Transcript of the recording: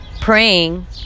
Praying